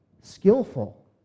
skillful